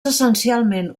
essencialment